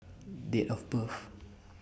Date of birth